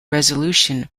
resolution